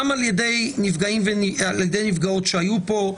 גם על ידי נפגעות שהיו פה,